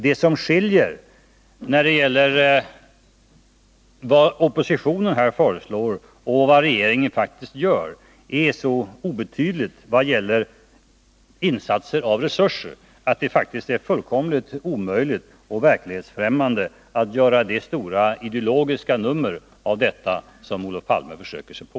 Det som skiljer oppositionens förslag från vad regeringen faktiskt gör är så obetydligt vad gäller insatser av resurser att det ter sig verklighetsfrämmande att göra det stora ideologiska nummer av detta som Olof Palme försöker sig på.